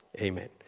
amen